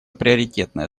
приоритетная